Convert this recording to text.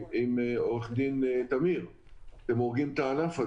משמעותית, הורגים את הענף.